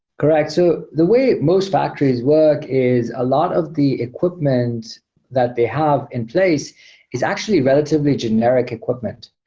correct. so the way most factors work is a lot of the equipment that they have in place is actually relatively generic equipment.